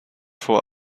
vor